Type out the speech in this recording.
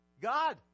God